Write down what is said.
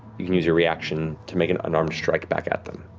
you can use your reaction to make an unarmed strike back at them.